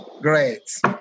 great